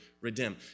redeem